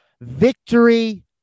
victory